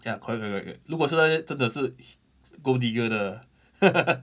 ya correct correct correct 如果是那些真的是 gold digger 的